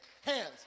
hands